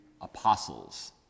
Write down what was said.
apostles